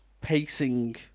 pacing